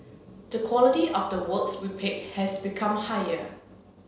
the quality of the works we pick has become higher